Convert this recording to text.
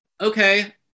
okay